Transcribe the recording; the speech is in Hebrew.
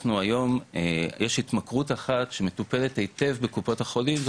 אנחנו היום יש התמכרות אחת שמטופלת היטב בקופות החולים,